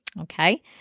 Okay